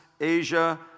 Asia